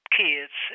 kids